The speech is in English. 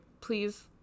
please